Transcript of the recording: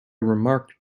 remark